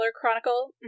Chronicle